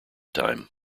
time